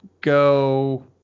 go